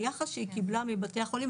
היחס שהיא קיבלה מבתי החולים,